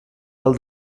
pel